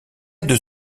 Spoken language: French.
deux